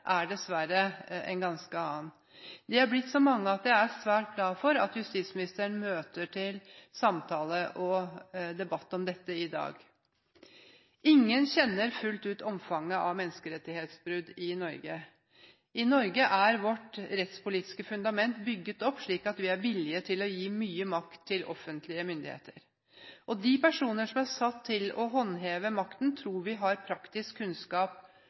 er dessverre en ganske annen. De er blitt så mange at jeg er svært glad for at justisministeren møter til samtale og debatt om dette i dag. Ingen kjenner fullt ut omfanget av menneskerettighetsbrudd i Norge. I Norge er vårt rettspolitiske fundament bygget opp slik at vi er villige til å gi mye makt til offentlige myndigheter. De personer som er satt til å håndheve makten, tror vi at har praktisk kunnskap